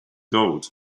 gold